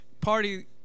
party